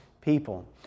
people